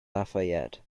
lafayette